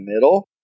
middle